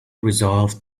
resolved